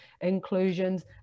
inclusions